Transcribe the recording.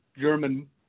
German